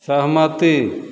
सहमति